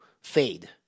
fade